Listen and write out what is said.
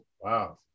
Wow